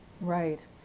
Right